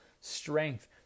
strength